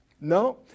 no